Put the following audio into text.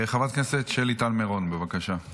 חברת הכנסת שלי טל מירון, בבקשה.